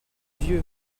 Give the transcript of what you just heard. vieux